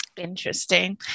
Interesting